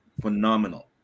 phenomenal